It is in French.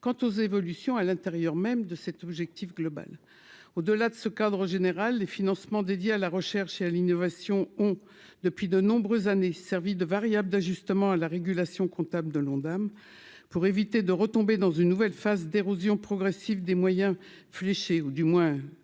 quant aux évolutions à l'intérieur même de cet objectif global au delà de ce cadre général des financements dédiés à la recherche et à l'innovation ont depuis de nombreuses années, servi de variable d'ajustement à la régulation comptable de l'Ondam pour éviter de retomber dans une nouvelle phase d'érosion progressive des moyens fléché, ou du moins